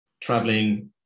traveling